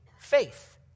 Faith